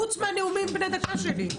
חוץ מהנאומים בני הדקה שלי,